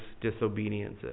disobedience